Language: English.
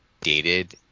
dated